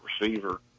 receiver